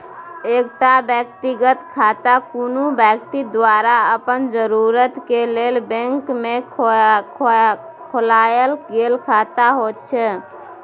एकटा व्यक्तिगत खाता कुनु व्यक्ति द्वारा अपन जरूरत के लेल बैंक में खोलायल गेल खाता होइत छै